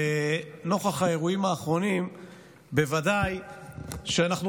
ונוכח האירועים האחרונים בוודאי שאנחנו